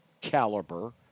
caliber